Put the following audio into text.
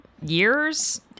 years